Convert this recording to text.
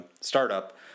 startup